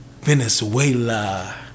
Venezuela